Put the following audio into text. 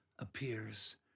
appears